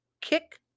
kick